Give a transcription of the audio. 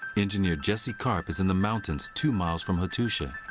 engineer jesse karp is in the mountains two miles from hattusha.